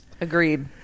agreed